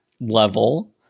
level